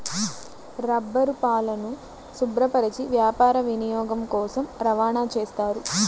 రబ్బరుపాలను శుభ్రపరచి వ్యాపార వినియోగం కోసం రవాణా చేస్తారు